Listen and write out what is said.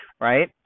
Right